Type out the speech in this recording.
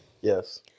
Yes